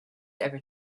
ever